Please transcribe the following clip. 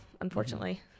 unfortunately